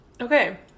Okay